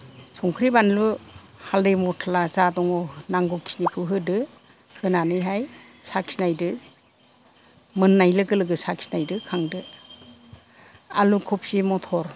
संख्रि बानलु हालदै मस्ला जा दङ नांगौखिनिखौ होदो होनानैहाय साखि नायदो मोननाय लोगो लोगो साखि नायदो खांदो आलु कबि मथर